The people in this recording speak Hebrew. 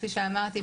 כפי שאמרתי,